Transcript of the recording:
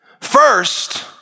first